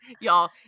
y'all